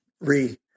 re